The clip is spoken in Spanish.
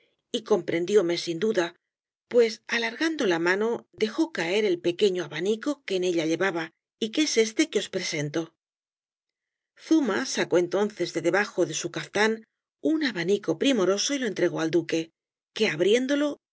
y comprendióme sin duda pues alargando la mano dejó caer el pequeño abanico que en ella llevaba y que es este que os presento zuma sacó entonces de debajo de su caftán un abanico primoroso y lo entregó al d u q u e que abriéndolo vio